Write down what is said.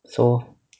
so